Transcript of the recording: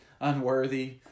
unworthy